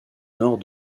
nord